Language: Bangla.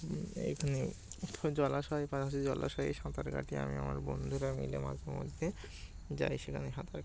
এখানে জলাশয় পাশের জলাশয়ে সাঁতার কাটি আমি আমার বন্ধুরা মিলে মাঝেমধ্যে যাই সেখানে সাঁতার কা